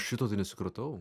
šito tai nesupratau